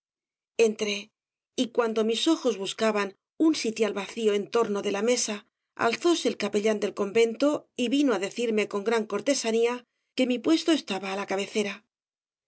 entré y cuando mis ojos buscaban un sitial vacío en torno de la mesa alzóse el capellán del convento y vino á decirme con gran cortesanía que mi puesto estaba á la cabecera